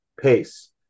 pace